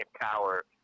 power